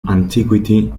antiquity